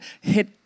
hit